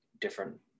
different